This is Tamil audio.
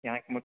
எனக்கு மட்